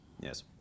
Yes